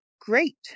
great